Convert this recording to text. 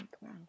Wow